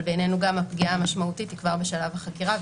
אבל בעינינו הפגיעה המשמעותית היא כבר בשלב החקירה.